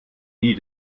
nie